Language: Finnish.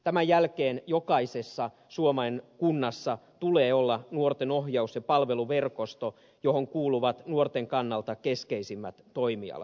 tämän jälkeen jokaisessa suomen kunnassa tulee olla nuorten ohjaus ja palveluverkosto johon kuuluvat nuorten kannalta keskeisimmät toimialat